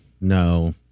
no